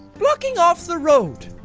blocking off the road.